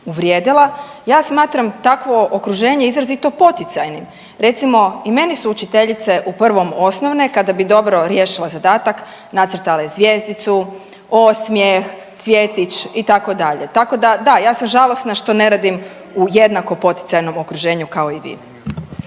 uvrijedila. Ja smatram takvo okruženje izrazito poticajnim. Recimo i meni su učiteljice u prvom osnovne kada bi do ro riješila zadatak nacrtale zvjezdicu, osmjeh, cvjetić itd. Tako da da, ja sam žalosna što ne radim u jednako poticajnom okruženju kao i vi.